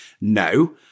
no